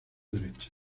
derecha